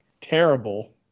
terrible